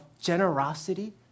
generosity